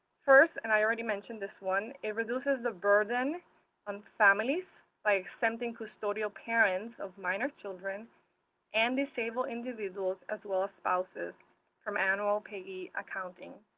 first, and i already mentioned this one, it reduces the burden on families by exempting custodial parents of minor children and disabled individuals as well as spouses from annual payee accounting.